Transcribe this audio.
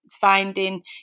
finding